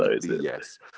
yes